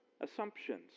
assumptions